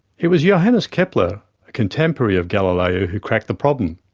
it was johannes kepler, a contemporary of galileo, who cracked the problem.